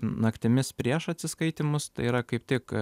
naktimis prieš atsiskaitymus tai yra kaip tik